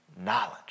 Knowledge